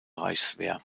reichswehr